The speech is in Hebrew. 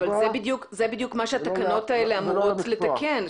אבל זה בדיוק מה שהתקנות האלה אמורות לתקן,